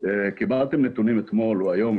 קיבלתם נתונים אתמול או היום,